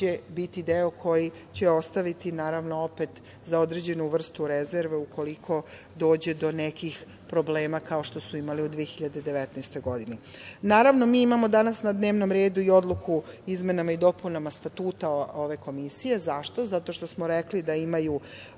biti deo koji će ostaviti, naravno, opet za određenu vrstu rezerve ukoliko dođe do nekih problema kao što su imali u 2019. godini. Naravno, mi imamo danas na dnevnom redu i odluku o izmenama i dopunama Statuta ove Komisije. Zašto? Zato što smo rekli da imaju